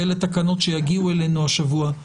ואלה תקנות שיגיעו אלינו השבוע,